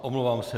Omlouvám se.